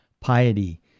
piety